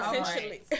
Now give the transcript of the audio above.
essentially